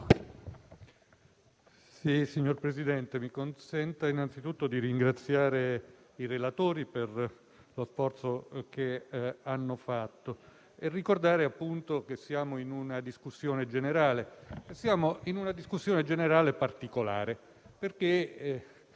Signor Presidente, mi consenta anzitutto di ringraziare i relatori per lo sforzo che hanno compiuto e ricordare che siamo in una discussione generale particolare.